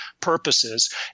purposes